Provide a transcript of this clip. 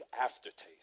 aftertaste